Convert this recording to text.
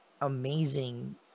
amazing